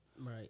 Right